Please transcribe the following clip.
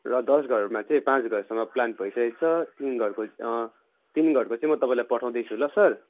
र दस घरमा चाहिँ पाँच घरसँग प्लान भइसकेको छ तिन घर तिन घरको चाहिँ म तपाईँलाई पठाउँदैछु ल सर